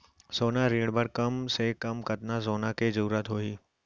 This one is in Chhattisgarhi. सोना ऋण बर कम से कम कतना सोना के जरूरत होही??